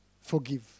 forgive